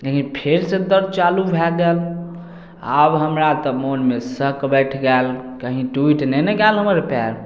लेकिन फेरसँ दर्द चालू भए गेल आब हमरा तऽ मोनमे शक बैठि गेल कहीं टुटि नहि ने गेल हमर पयर